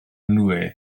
nwy